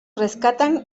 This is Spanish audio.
rescata